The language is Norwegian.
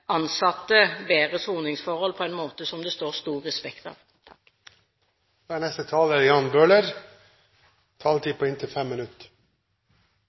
bedre soningsforhold på en måte som det står stor respekt av. Det er